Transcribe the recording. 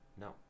No